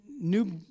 new